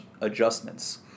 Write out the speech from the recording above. adjustments